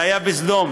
זה היה בסדום.